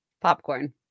Popcorn